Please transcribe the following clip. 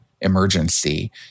emergency